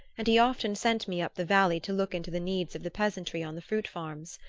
and he often sent me up the valley to look into the needs of the peasantry on the fruit-farms.